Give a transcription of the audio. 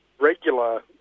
regular